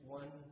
one